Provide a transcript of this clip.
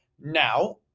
Now